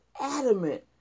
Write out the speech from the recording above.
adamant